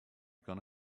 gonna